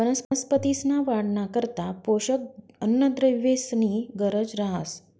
वनस्पतींसना वाढना करता पोषक अन्नद्रव्येसनी गरज रहास